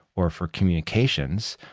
or for communications,